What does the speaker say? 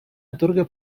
atorga